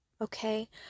okay